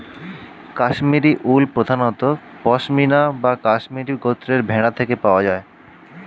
কাশ্মীরি উল প্রধানত পশমিনা বা কাশ্মীরি গোত্রের ভেড়া থেকে পাওয়া যায়